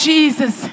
Jesus